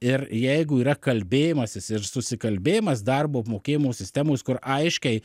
ir jeigu yra kalbėjimasis ir susikalbėjimas darbo apmokėjimo sistemos kur aiškiai